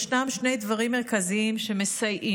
ישנם שני דברים מרכזיים שמסייעים: